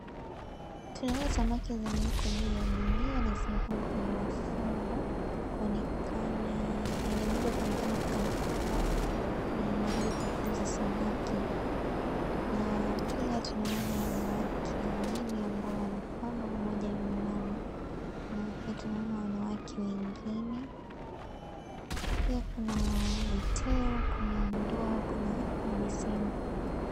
Tunaona samaki zimewekwa juu ya gunia na zimepangwa kwenye mafungu kuonekana eneo hilo kuonekana kana kwamba ni mahali pa kuuza samaki. Na pia tunaona wanawake wawili ambao wanapanga mmoja ameinama. Na pia tunaona wanawake wengine. Pia kuna uteo, kuna ndoo, kuna mabeseni.